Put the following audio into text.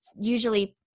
usually